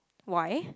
why